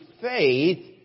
faith